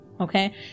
Okay